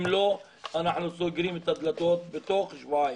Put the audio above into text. אם לא, אנחנו סוגרים את הדלתות בתוך שבועיים.